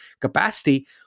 capacity